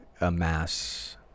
amass